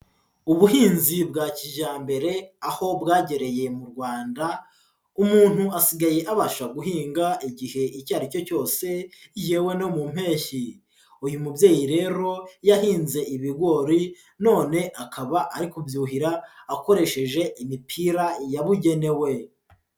Ubuhinzi bwa kijyambere aho bwagereye mu Rwanda, umuntu asigaye abasha guhinga igihe icyo ari cyo cyose yewe no mu mpeshyi, uyu mubyeyi rero yahinze ibigori none akaba ari kubyuhira akoresheje imipira yabugenewe.